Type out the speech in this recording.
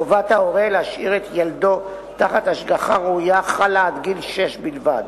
חובת ההורה להשאיר את ילדו תחת השגחה ראויה חלה עד גיל שש בלבד,